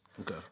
Okay